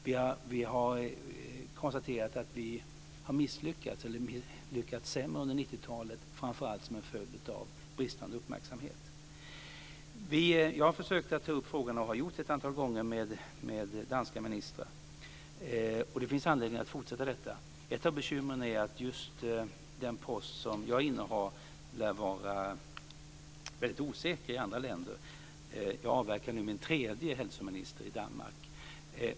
Vi har konstaterat att vi har lyckats sämre under 90-talet, framför allt som en följd av bristande uppmärksamhet. Jag har tagit upp frågan ett antal gånger med danska ministrar, och det finns anledning att fortsätta detta. Ett av bekymren är att just den post som jag innehar lär vara väldigt osäker i andra länder. Jag avverkar nu min tredje hälsominister i Danmark.